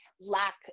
lack